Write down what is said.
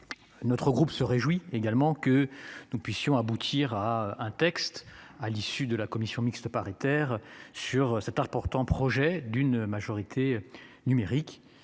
Notre groupe se réjouit également que nous puissions aboutir à un texte à l'issue de la commission mixte paritaire sur cet important projet d'une majorité numérique.